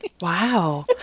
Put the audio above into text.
Wow